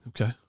Okay